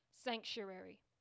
sanctuary